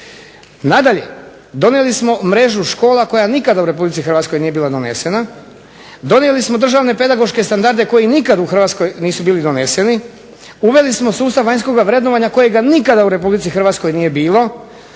Nadalje, donijeli smo mrežu škola koja nikada u RH nije bila donesena, donijeli smo državne pedagoške standarde koji nikada u Hrvatskoj nisu bili doneseni, uveli smo sustav vanjskog vrednovanja kojega nikada u RH nije bilo,